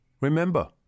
remember